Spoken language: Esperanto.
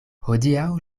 hodiaŭ